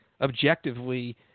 objectively